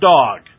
dog